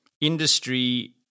industry